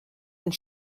and